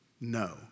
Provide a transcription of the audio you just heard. No